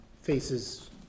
faces